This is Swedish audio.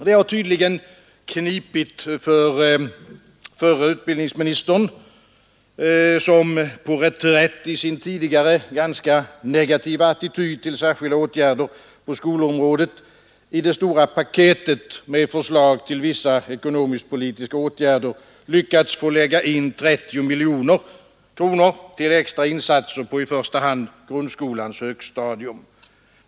Det har tydligen knipit för förre utbildningsministern, som — på reträtt i sin tidigare ganska negativa attityd till särskilda åtgärder på skolområdet — i det stora paketet med förslag till vissa ekonomiskt-politiska åtgärder lyckats få inlagda 30 miljoner kronor till extra insatser på i första hand grundskolans högstadium.